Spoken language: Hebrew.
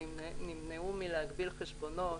נמנעו מלהגביל חשבונות,